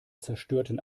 zerstörten